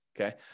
Okay